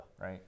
right